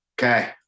Okay